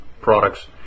products